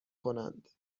کنند